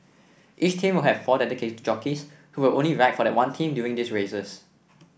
each team will have four dedicated jockeys who will only ride for that one team during these races